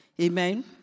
Amen